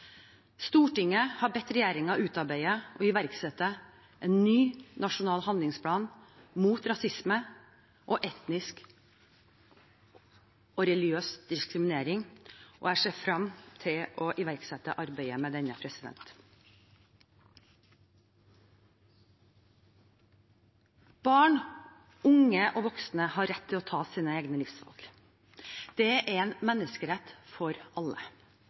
Stortinget har bedt regjeringen utarbeide og iverksette en ny nasjonal handlingsplan mot rasisme og etnisk og religiøs diskriminering. Jeg ser frem til å iverksette arbeidet med denne. Barn, unge og voksne har rett til å ta sine egne livsvalg. Det er en menneskerett for alle.